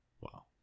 Wow